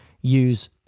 use